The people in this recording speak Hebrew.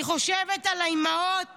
אני חושבת על האימהות